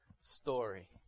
story